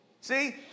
See